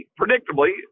predictably